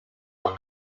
were